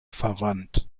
verwandt